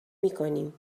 میکنیم